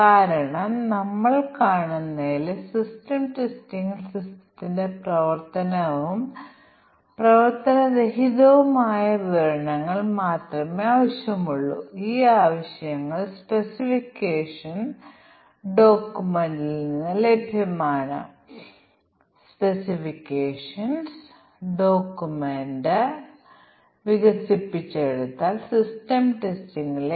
അതിനാൽ നമ്മൾ പ്രവേശിക്കുന്ന നിർദ്ദിഷ്ട വ്യവസ്ഥകൾക്കായി നമ്മൾ പ്രവേശിക്കുന്ന നിർദ്ദിഷ്ട വ്യവസ്ഥകളുടെ മൂല്യങ്ങൾ പ്രോഗ്രാം എന്ത് പ്രവർത്തനം നടത്തണമെന്ന് പ്രദർശിപ്പിക്കും തുടർന്ന് സാധ്യമായ എല്ലാ കോമ്പിനേഷനുകളും ഞങ്ങൾ പരിഗണിക്കേണ്ടതുണ്ട് കാരണം ഉപയോക്താവ് സാധ്യമായ ഏതെങ്കിലും കോമ്പിനേഷനുകൾ നൽകാം പ്രിന്റർ പ്രിന്റ് ചെയ്യാത്തതും പ്രിന്റർ തിരിച്ചറിയാത്തതും അല്ലെങ്കിൽ മൂന്ന് റീട്ടണും മറ്റും ആകാം